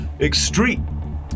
extreme